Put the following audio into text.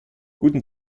guten